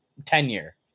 tenure